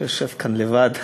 שיושב כאן לבד,